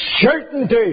certainty